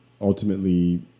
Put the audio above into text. ultimately